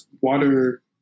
water